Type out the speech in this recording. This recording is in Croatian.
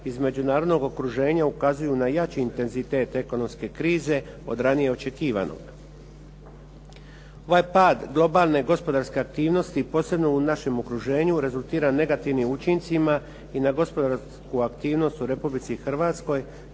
iz međunarodnog okruženja ukazuju na jači intenzitet ekonomske krize od ranije očekivanog. Ovaj pad globalne gospodarske aktivnosti posebno u našem okruženju rezultira negativnim učincima i na gospodarsku aktivnost u Republici Hrvatskoj,